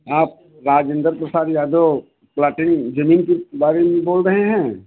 आप राजेंद्र प्रसाद यादव प्लाटिंग ज़मीन के बारे में बोल रहे हैं